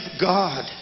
God